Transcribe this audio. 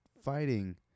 fighting